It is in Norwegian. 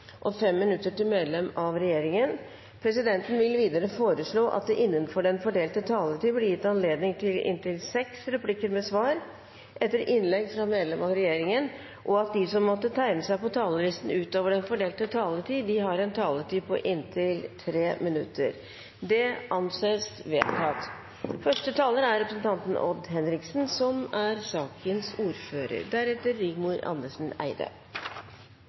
inntil fem replikker med svar etter innlegg fra medlemmer av regjeringen, og at de som måtte tegne seg på talerlisten utover den fordelte taletid, får en taletid på inntil 3 minutter. – Det anses vedtatt. I dette dokumentet fremmes det ti forslag, og forslagsstillerne viser til at formålet med aupairordningen er